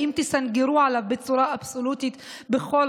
האם תסנגרו עליו בצורה אבסולוטית בכל